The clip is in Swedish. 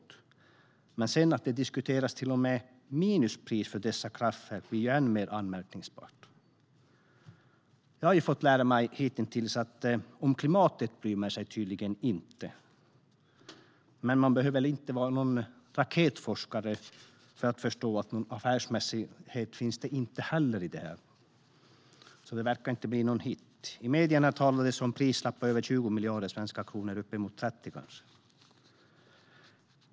Att det till och med diskuteras minuspris för dessa kraftverk är än mer anmärkningsvärt. Att de inte bryr sig om klimatet har jag fått lära mig, men man behöver inte vara raketforskare för att förstå att det inte heller finns någon affärsmässighet i detta. Det verkar alltså inte bli någon hit. I medierna talades det om en prislapp på över 20 miljarder, kanske uppemot 30.